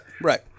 Right